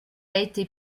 été